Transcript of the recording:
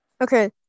Okay